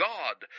God